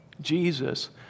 Jesus